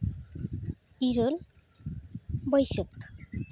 ᱤᱨᱟᱹᱞ ᱵᱟᱹᱭᱥᱟᱹᱠᱷ